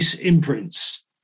imprints